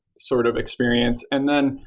sort of experience. and then,